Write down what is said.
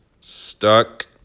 Stuck